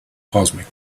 cosmic